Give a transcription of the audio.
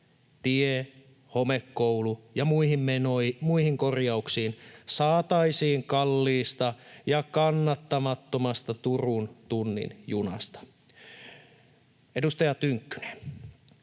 tie-, homekoulu- ja muihin korjauksiin saataisiin kalliista ja kannattamattomasta Turun tunnin junasta. Edustaja Tynkkynen,